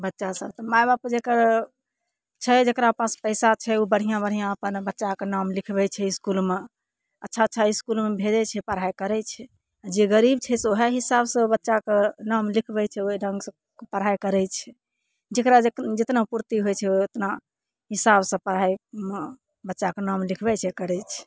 बच्चा सब माय बाप जकर छै जकरा पास पैसा छै उ बढिआँ बढिआँ अपन बच्चाके नाम लिखबय छै इसकुलमे अच्छा अच्छा इसकुलमे भेजय छै पढ़ाइ करय छै जे गरीब छै से वएह हिसाबसँ बच्चाके नाम लिखबय छै ओइ ढ़ङ्गसँ पढ़ाइ करय छै जकरा जेतना पूर्ति होइ छै ओ ओतना हिसाबसँ पढ़ाइ बच्चाके नाम लिखबय छै करय छै